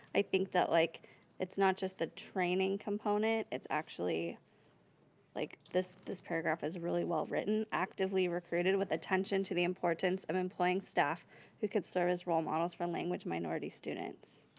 i think that like it's not just the training component it's actually like this this paragraph is really well written. actively recruited with attention to the importance of employing staff who can serve as role models for language minority students.